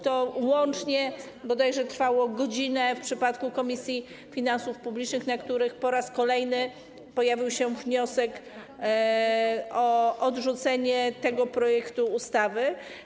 To łącznie bodajże trwało godzinę w przypadku posiedzeń Komisji Finansów Publicznych, na których po raz kolejny pojawił się wniosek o odrzucenie tego projektu ustawy.